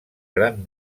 gran